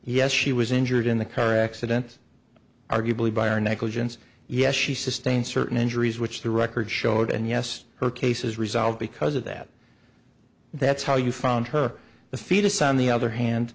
yes she was injured in the car accident arguably by our negligence yes she sustained certain injuries which the record showed and yes her case is resolved because of that that's how you found her the fetus on the other hand